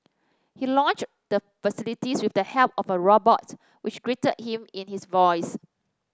he launched the facility with the help of a robot which greeted him in his voice